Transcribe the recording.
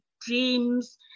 dreams